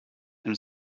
and